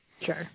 Sure